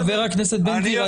חה"כ בן גביר,